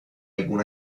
algún